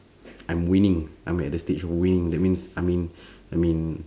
I'm winning I'm at the stage of winning that means I mean I mean